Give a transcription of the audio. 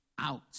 out